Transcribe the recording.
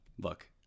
look